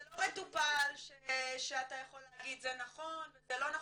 זה לא מטופל שאתה יכול להגיד זה נכון וזה לא נכון.